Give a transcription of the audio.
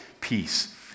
peace